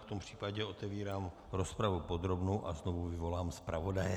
V tom případě otevírám rozpravu podrobnou a znovu vyvolám zpravodaje.